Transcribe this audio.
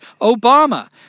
Obama